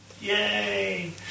Yay